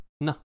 No